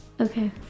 okay